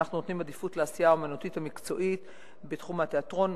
אנחנו נותנים עדיפות לעשייה אמנותית ומקצועית בתחום התיאטרון,